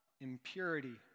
impurity